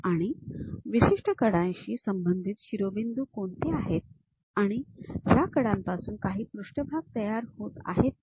आणि विशिष्ट कडांशी संबंधित शिरोबिंदू कोणते आहेत आणि या कडांपासून काही पृष्ठभाग तयार होत आहेत का